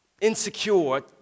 insecure